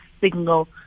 single